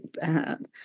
bad